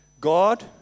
God